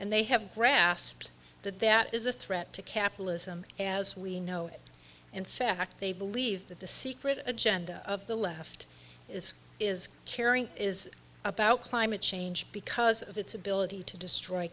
and they haven't grasped that that is a threat to capitalism as we know it in fact they believe that the secret agenda of the left is is caring is about climate change because of its ability to destroy